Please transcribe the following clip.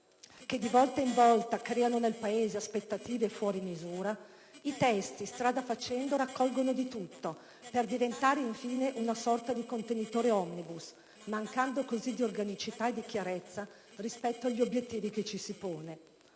che di volta in volta creano nel Paese aspettative fuori misura, i testi, strada facendo, raccolgono di tutto, per diventare infine una sorta di contenitore *omnibus*, mancando così di organicità e di chiarezza rispetto agli obiettivi che ci si pone.